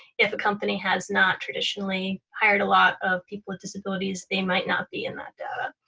if a company has not traditionally hired a lot of people with disabilities, they might not be in that